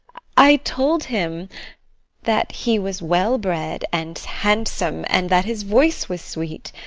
i told him that he was well-bred and handsome and that his voice was sweet.